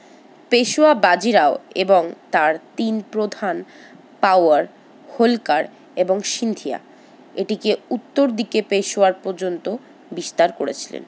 পেশওয়া বাজিরাও এবং তার তিন প্রধান পাওয়ার হোলকার এবং সিন্ধিয়া এটিকে উত্তর দিকে পেশোয়ার পর্যন্ত বিস্তার করেছিলেন